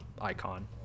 icon